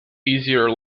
easier